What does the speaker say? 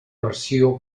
versió